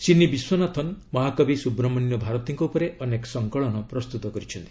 ସିନି ବିଶ୍ୱନାଥନ୍' ମହାକବି ସୁବ୍ରମଣ୍ୟ ଭାରତୀଙ୍କ ଉପରେ ଅନେକ ସଙ୍କଳନ ପ୍ରସ୍ତୁତ କରିଛନ୍ତି